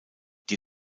die